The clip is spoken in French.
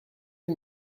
lès